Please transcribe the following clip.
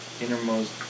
innermost